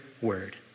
word